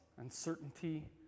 uncertainty